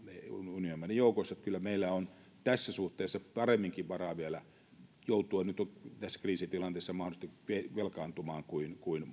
unionin maiden joukossa että kyllä meillä on tässä suhteessa paremminkin varaa vielä joutua nyt tässä kriisitilanteessa mahdollisesti velkaantumaan kuin kuin